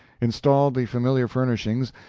installed the familiar furnishings,